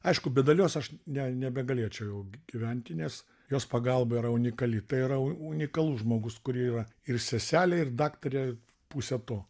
aišku be dalios aš ne nebegalėčiau jau gy gyventi nes jos pagalba yra unikali tai yra unikalus žmogus kuri yra ir seselė ir daktarė pusė to